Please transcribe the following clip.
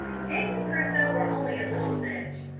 dick and crusoe were only a little singed,